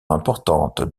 importante